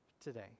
today